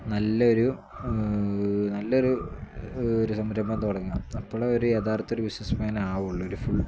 നല്ലൊരു നല്ലൊരു ഒരു സംരംഭം തുടങ്ങുക അപ്പോൾ ഒരു യഥാർത്ഥ ഒരു വിശ്വാസം ആവുള്ളൂ ഒരു ഫുൾ